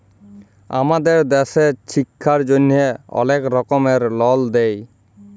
আমাদের দ্যাশে ছিক্ষার জ্যনহে অলেক রকমের লল দেয়